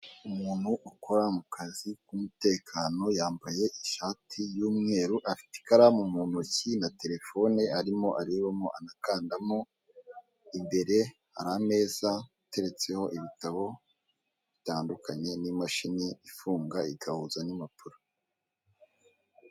Umuntu ukora mu kazi k'umutekano, yambaye ishati y'umweru, afite ikaramu mu ntoki na telefone arimo arebamo anakandamo, imbere hari ameza ateretseho ibitabo bitandukanye, n'imashini ifunga igahuza n'impapuro.